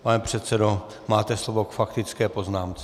Pane předsedo, máte slovo k faktické poznámce.